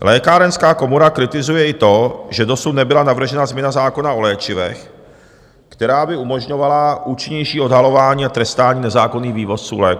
Lékárenská komora kritizuje i to, že dosud nebyla navržena změna zákona o léčivech, která by umožňovala účinnější odhalování a trestání nezákonných vývozců léků.